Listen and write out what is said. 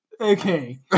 okay